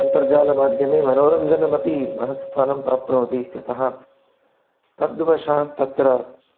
अन्तर्जालमाध्यमे मनोरञ्जनमपि महत् स्थानं प्राप्नोति इत्यतः तद्वशात् तत्र